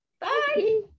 Bye